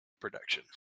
production